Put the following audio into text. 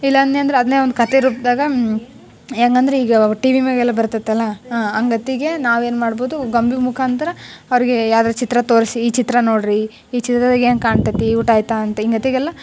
ಇಲ್ಲ ಅನ್ಯಂದ್ರೆ ಅದನ್ನೆ ಒಂದು ಕತೆ ರೂಪದಾಗ ಹೆಂಗಂದ್ರೆ ಈಗ ಟಿ ವಿ ಮ್ಯಾಗೆಲ್ಲ ಬರ್ತೈತಲ್ಲ ಹಾಂ ಹಂಗತೆಗೆ ನಾವೇನು ಮಾಡ್ಬೋದು ಗೊಂಬೆ ಮುಖಾಂತರ ಅವ್ರಿಗೆ ಯಾವ್ದಾದ್ರು ಚಿತ್ರ ತೋರಿಸಿ ಈ ಚಿತ್ರ ನೋಡಿರಿ ಈ ಚಿತ್ರದಾಗ ಏನು ಕಾಣ್ತೈತಿ ಊಟ ಆಯಿತಾ ಅಂತ ಹಿಂಗತೆಗೆಲ್ಲ